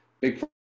Big